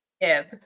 Ib